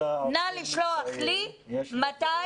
נא לשלוח לי מתי